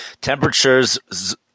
Temperatures